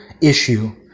issue